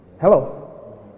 Hello